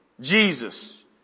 Jesus